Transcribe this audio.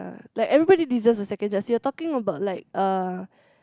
uh like everybody deserves a second chance you're talking about like uh